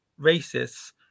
racists